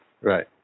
Right